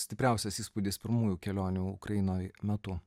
stipriausias įspūdis pirmųjų kelionių ukrainoj metu